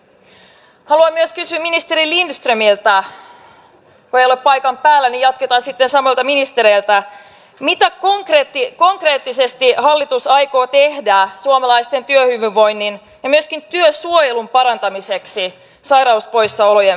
haluan myös kysyä ministeri lindströmiltä kun ei ole paikan päällä niin jatketaan sitten samoilla ministereillä mitä hallitus aikoo konkreettisesti tehdä suomalaisten työhyvinvoinnin ja myöskin työsuojelun parantamiseksi sairauspoissaolojen vähentämiseksi